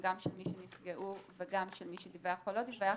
גם של מי שנפגעו וגם של מי שדיווח או לא דיווח,